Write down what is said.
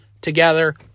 together